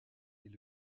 est